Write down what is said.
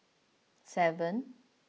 seven